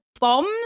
bombs